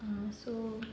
err so